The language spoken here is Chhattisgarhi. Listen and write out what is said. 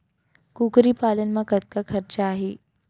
कुकरी पालन म कतका खरचा आही?